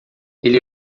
ele